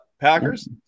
Packers